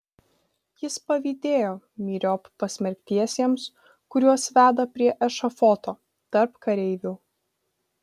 jis pavydėjo myriop pasmerktiesiems kuriuos veda prie ešafoto tarp kareivių